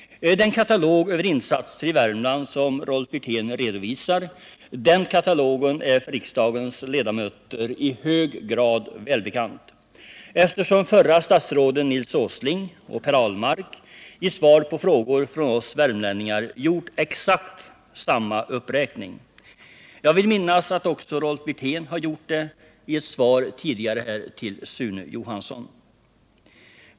Den katalog över insatser i Värmland som Rolf Wirtén redovisar är för riksdagens ledamöter i hög grad välbekant, eftersom de förra statsråden Nils Åsling och Per Ahlmark i svar på frågor från oss värmlänningar gjort exakt samma uppräkning. Jag vill minnas att också Rolf Wirtén tidigare har gjort det i ett svar här i kammaren till Sune Johansson.